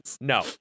no